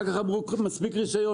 אחר כך אמרו מספיק רישיון,